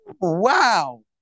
wow